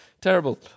terrible